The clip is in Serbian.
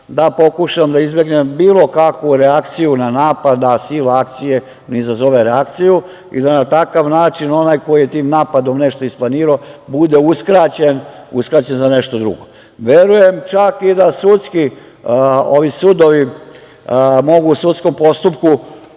da pokušam da izbegnem bilo kakvu reakciju na napad, a sila akcije ne izazove reakciju, i da na takav način onaj koji je tim napadom nešto isplanirao, bude uskraćen za nešto drugo. Verujem čak i da ovi sudovi mogu u sudskom postupku